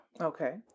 Okay